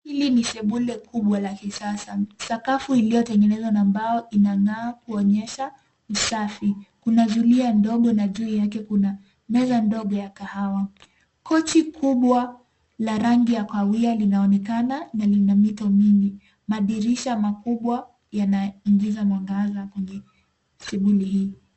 Hili ni sebule kubwa la kisasa. Sakafu iliyotengenezwa na mbao inang'aa kuonyesha usafi. Kuna zulia ndogo na juu yake kuna meza ndogo ya kahawa. Kochi kubwa la rangi ya kahawia linaonekana na lina mito mingi. Madirisha makubwa yanaingiza mwangaza kwenye sebule hii.